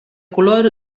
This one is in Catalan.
color